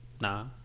nah